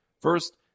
First